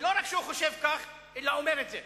ולא רק שהוא חושב כך, אלא שהוא אומר את זה.